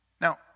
Now